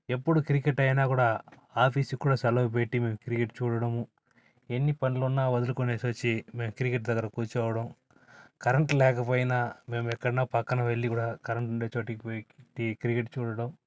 ఎప్పుడు క్రికెట్ అయినా కూడా ఆఫీసుకు కూడా సెలవు పెట్టి మేము క్రికెట్ చూడడము ఎన్ని పనులు ఉన్నా వదులుకొని వచ్చి మేము క్రికెట్ దగ్గర కూర్చోవడం కరెంట్ లేకపోయినా మేము ఎక్కడున్నా పక్కన వెళ్లి కూడా కరెంటు ఉండే చోట పోయి క్రికెట్ చూడడం